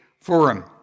forum